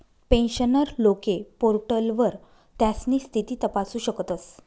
pensioner लोके पोर्टलवर त्यास्नी स्थिती तपासू शकतस